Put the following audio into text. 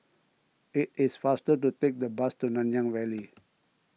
it is faster to take the bus to Nanyang Valley